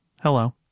hello